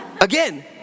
again